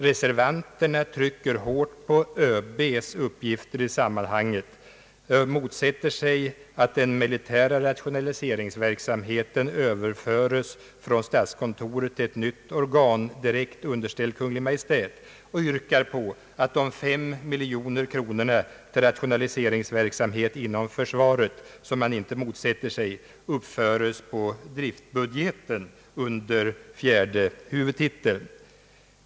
Reservanterna trycker hårt på ÖB:s uppgifter i sammanhanget och motsätter sig att den militära rationaliseringsverksamheten överföres från statskontoret till ett nytt organ direkt underställt Kungl. Maj:t och yrkar på att de fem miljoner kronorna till rationaliseringsverksamhet inom försvaret — som man inte motsätter sig — uppföres på driftbudgeten under fjärde huvudtiteln.